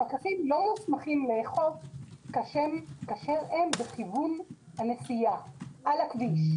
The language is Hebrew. הפקחים לא מוסמכים לאכוף כאשר הם בכיוון הנסיעה על הכביש.